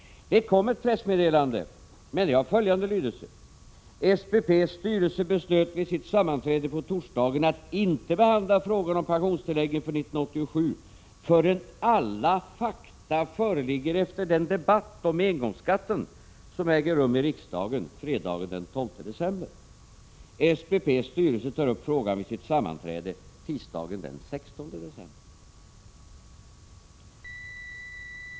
Det kom ett pressmeddelande, men det har följande lydelse: SPP:s styrelse beslöt vid sitt sammanträde på torsdagen att inte behandla frågan om pensionstilläggen för 1987 förrän alla fakta föreligger efter den debatt om engångsskatten som äger rum i riksdagen fredagen den 12 december. SPP:s styrelse tar upp frågan vid sitt sammanträde tisdagen den 16 december.